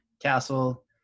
Castle